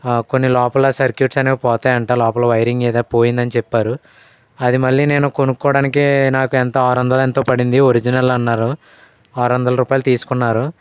కొన్ని లోపల సర్క్యూట్స్ అనేవి పోతాయి అంట లోపల వైరింగ్ ఏదో పోయిందని చెప్పారు అది మళ్ళీ నేను కొనుక్కోవడానికే నాకు ఎంత ఆరు వందలు ఎంతో పడింది ఒరిజినల్ అన్నారు ఆరు వందల రూపాయలు తీసుకున్నారు